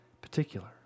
particular